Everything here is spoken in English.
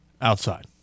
outside